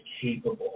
capable